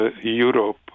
Europe